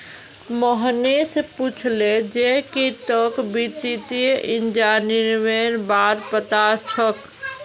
मोहनीश पूछले जे की तोक वित्तीय इंजीनियरिंगेर बार पता छोक